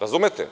Razumete?